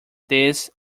this